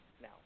now